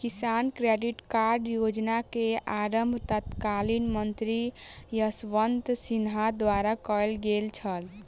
किसान credit card योजना के आरम्भ तत्कालीन मंत्री यशवंत सिन्हा द्वारा कयल गेल छल